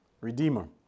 redeemer